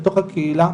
בתוך הקהילה,